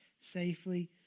safely